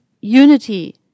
unity